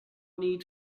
need